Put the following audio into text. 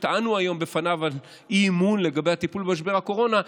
שטענו היום בפניו באי-אמון לגבי הטיפול במשבר הקורונה,